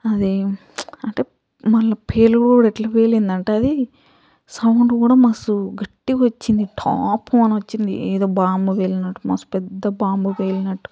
అది అంటే మళ్ళీ పేలుడు కూడా ఎట్లా పేలింది అంటే అది సౌండ్ కూడా మస్త్ గట్టిగా వచ్చింది టాప్మని వచ్చింది ఏదో బాంబ్ పేలినట్టు మస్త్ పెద్ద బాంబ్ పేలినట్టు